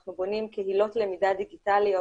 אנחנו בונים קהילות למידה דיגיטליות,